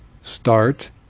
Start